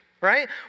right